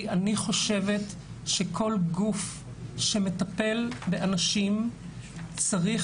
כי אני חושבת שכל גוף שמטפל באנשים צריך